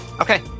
Okay